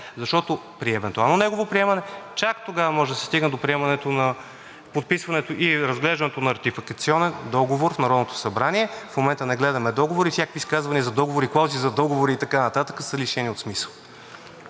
защото при евентуално негово приемане, чак тогава може да се стигне до приемането, подписването и разглеждането на ратификационен договор в Народното събрание. В момента не гледаме договори и всякакви изказвания за договори, клаузи за договори и така нататък са лишени от смисъл.